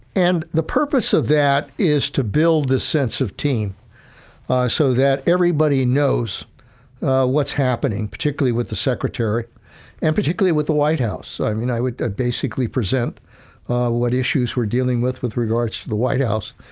and the purpose of that is to build the sense of team so that everybody knows what's happening, particularly with the secretary and particularly with the white house. i mean, i would basically present what issues we're dealing with, with regards to the white house,